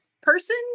person